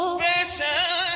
special